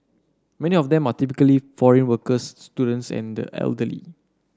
many of them are typically foreign workers students and the elderly